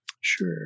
Sure